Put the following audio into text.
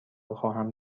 خواهم